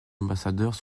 ambassadeurs